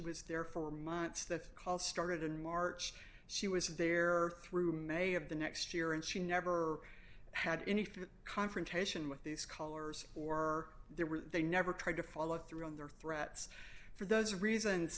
was there for months the call started in march she was there or through may of the next year and she never had any confrontation with these colors or they were they never tried to follow through on their threats for those reasons